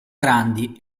grandi